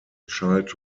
child